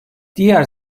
diğer